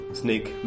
snake